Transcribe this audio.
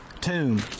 tomb